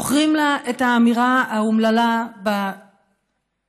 זוכרים לה את האמירה האומללה בקונסטלציה